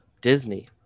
Disney